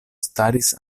staris